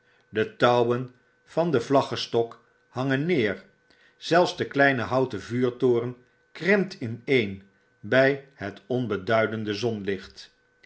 de touwen van den vlaggestok hangen neer zelfs de kleine houten vuurtoren krimpt ineen brj het onbeduidende zonlicht